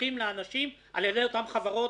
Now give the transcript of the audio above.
שנפתחים לאנשים על ידי אותן חברות,